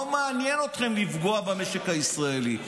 לא מעניין אתכם לפגוע במשק הישראלי.